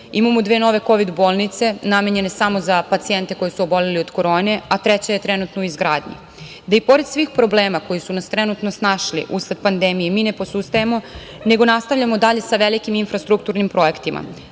imamo dve nove kovid bolnice, namenjene samo za pacijente koji su oboleli od korone, a treća je trenutno u izgradnji. Pored svih problema koji su nas trenutno snašli usled pandemije, mi ne posustajemo, nego nastavljamo dalje sa velikim infrastrukturnim projektima,